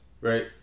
Right